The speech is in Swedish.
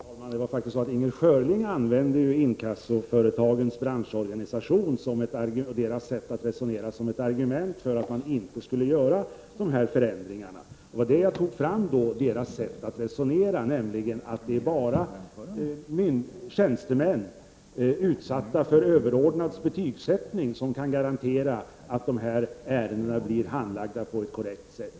Herr talman! Det var faktiskt så att Inger Schörling använde inkassoföretagens branschorganisations sätt att resonera som ett argument för att vi inte skall genomföra de föreslagna förändringarna. Därför sade jag att det alltså bara är tjänstemän som är föremål för överordnades betygssättning av dem som skulle kunna garantera att ärendena blir handlagda korrekt.